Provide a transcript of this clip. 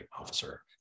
officer